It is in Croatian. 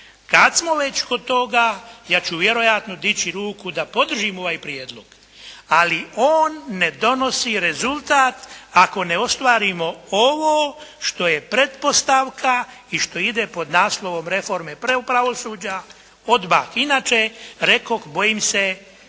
Kada smo već kod toga, ja ću vjerojatno dići ruku da podržim ovaj prijedlog, ali on ne donosi rezultat ako ne ostvarimo ovo što je pretpostavka i što ide pod naslovom reforme .../Govornik se ne razumije./… pravosuđa odmah. Inače rekoh, bojim se